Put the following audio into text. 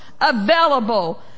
available